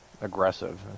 aggressive